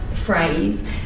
Phrase